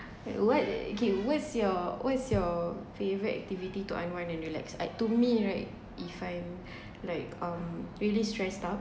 what what okay what's your what's your favourite activity to unwind and relax I to me right if I'm like um really stressed out